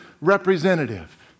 representative